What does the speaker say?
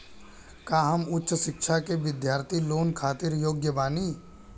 का हम उच्च शिक्षा के बिद्यार्थी लोन खातिर योग्य बानी?